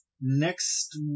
Next